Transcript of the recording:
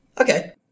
Okay